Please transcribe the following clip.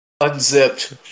unzipped